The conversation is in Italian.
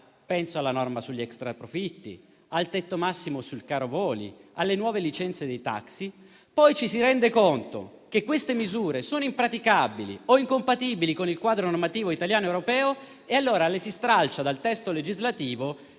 penso alla norma sugli extraprofitti, al tetto massimo sul caro voli, alle nuove licenze dei taxi - e poi ci si rende conto che queste misure sono impraticabili o incompatibili con il quadro normativo italiano ed europeo e allora le si stralcia dal testo legislativo